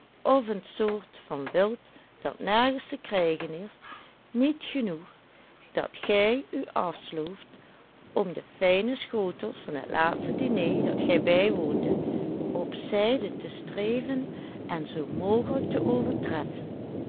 of een soort van wild dat nergens te krijgen is niet genoeg dat gij u afslooft om de fijne schotels van het laatste diner dat gij bijwoondet op zijde te streven en zoo mogelijk te overtreffen